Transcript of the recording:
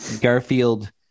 Garfield